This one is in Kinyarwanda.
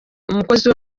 umukozi